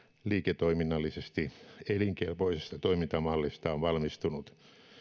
liiketoiminnallisesti elinkelpoisesta toimintamallista on valmistunut